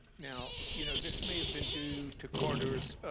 now, you know, this may have been due to carter's